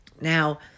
Now